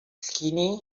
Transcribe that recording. skinny